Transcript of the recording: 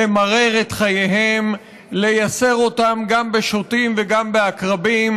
למרר את חייהם, לייסר אותם גם בשוטים וגם בעקרבים,